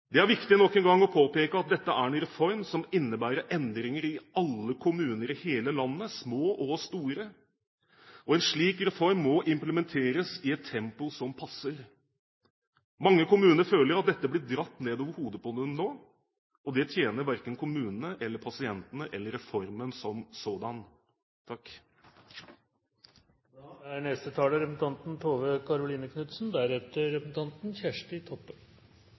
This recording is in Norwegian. Det er viktig nok en gang å påpeke at dette er en reform som innebærer endringer i alle kommuner i hele landet – små og store. En slik reform må implementeres i et tempo som passer. Mange kommuner føler at dette blir dratt nedover hodet på dem nå, og det tjener verken kommunene, pasientene eller reformen som sådan. Denne regjeringa har gjort et betydelig arbeid for å understøtte innføring og bruk av IKT i helse- og omsorgstjenestene. Det er